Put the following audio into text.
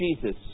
Jesus